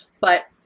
But-